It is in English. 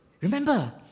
Remember